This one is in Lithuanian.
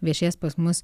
viešės pas mus